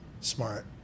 smart